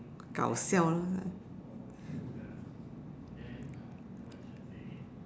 搞笑 lah